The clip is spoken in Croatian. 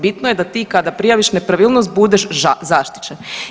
Bitno je da ti kada prijaviš nepravilnost budeš zaštićen.